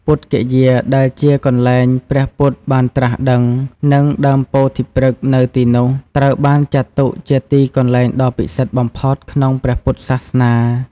ពុទ្ធគយាដែលជា កន្លែងព្រះពុទ្ធបានត្រាស់ដឹង និងដើមពោធិព្រឹក្សនៅទីនោះ ត្រូវបានចាត់ទុកជាទីកន្លែងដ៏ពិសិដ្ឋបំផុតក្នុងព្រះពុទ្ធសាសនា។